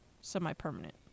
semi-permanent